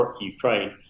Ukraine